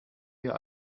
wir